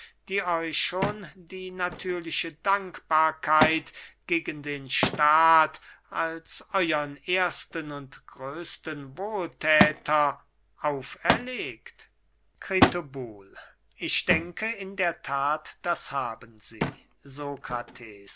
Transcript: die euch schon die natürliche dankbarkeit gegen den staat als euern ersten und größten wohlthäter auferlegt kritobul ich denke in der that das haben sie